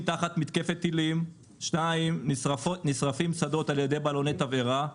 תחת מתקפת טילים ושנשרפים שדות על ידי בלון תבערה.